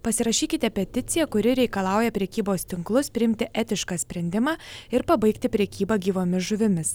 pasirašykite peticiją kuri reikalauja prekybos tinklus priimti etišką sprendimą ir pabaigti prekybą gyvomis žuvimis